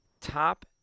top